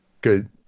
good